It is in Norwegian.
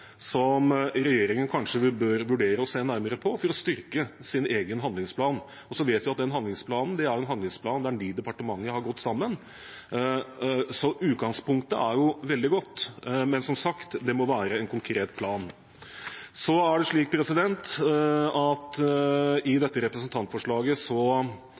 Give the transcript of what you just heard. som regjeringen bør vurdere å se nærmere på for å styrke sin egen handlingsplan. Så vet vi at den handlingsplanen er en handlingsplan der ni departementer har gått sammen, så utgangspunktet er veldig godt. Men som sagt: Det må være en konkret plan. Så er det slik at i